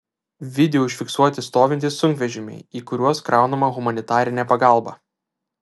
video užfiksuoti stovintys sunkvežimiai į kuriuos kraunama humanitarinė pagalba